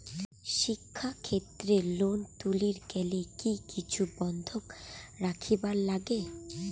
শিক্ষাক্ষেত্রে লোন তুলির গেলে কি কিছু বন্ধক রাখিবার লাগে?